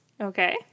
Okay